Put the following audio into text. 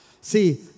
See